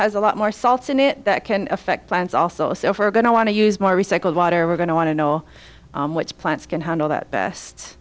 has a lot more salt in it that can affect plants also so for going to want to use more recycled water we're going to want to know which plants can handle that best